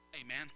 Amen